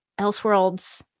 Elseworlds